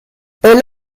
elle